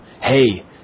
hey